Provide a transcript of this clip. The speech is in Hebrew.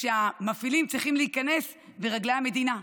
שהמפעילים צריכים להיכנס לרגלי המדינה.